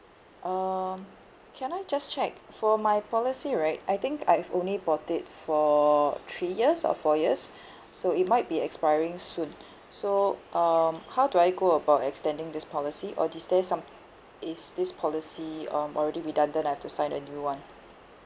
um can I just check for my policy right I think I have only bought it for three years or four years so it might be expiring soon so um how do I go about extending this policy or is there some is this policy um already redundant I have to sign a new one